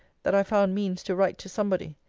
that i found means to write to somebody.